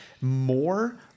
more